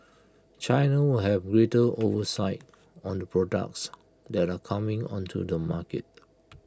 China will have greater oversight on the products that are coming onto the market